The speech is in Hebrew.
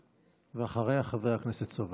אחריה, חבר הכנסת סובה.